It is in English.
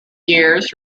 years